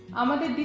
um i'm ending